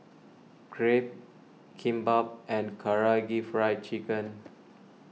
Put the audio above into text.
Crepe Kimbap and Karaage Fried Chicken